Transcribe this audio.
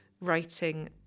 writing